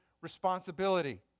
responsibility